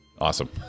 awesome